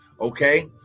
okay